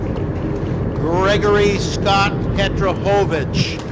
gregory scott petrojovich.